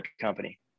company